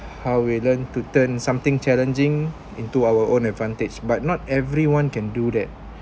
how we learn to turn something challenging into our own advantage but not everyone can do that